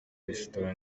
resitora